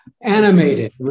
Animated